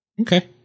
Okay